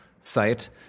site